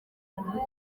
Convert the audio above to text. muntu